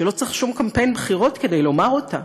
שלא צריך שום קמפיין בחירות כדי לומר אותה.